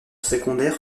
secondaires